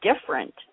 different